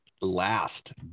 last